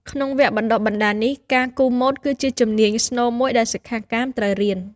ក្នុងវគ្គបណ្តុះបណ្តាលនេះ ការគូរម៉ូដ គឺជាជំនាញស្នូលមួយដែលសិក្ខាកាមត្រូវរៀន។